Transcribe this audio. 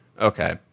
okay